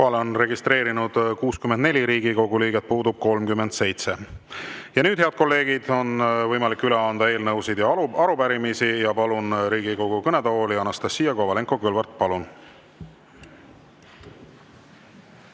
on registreerunud 64 Riigikogu liiget, puudub 37. Nüüd, head kolleegid, on võimalik üle anda eelnõusid ja arupärimisi. Palun Riigikogu kõnetooli Anastassia Kovalenko-Kõlvarti. Palun!